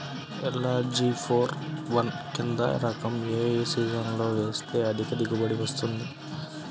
LRG four one కంది రకం ఏ సీజన్లో వేస్తె అధిక దిగుబడి వస్తుంది?